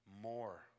more